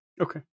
Okay